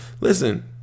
Listen